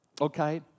okay